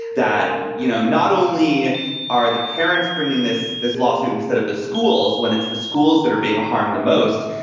that, you know, not only are the parents bringing this this lawsuit instead of the schools, when it's the schools that are being harmed the most,